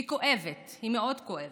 וכואבת, היא מאוד כואבת: